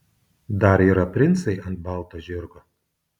dar yra princai ant balto žirgo